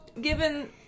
Given